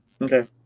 Okay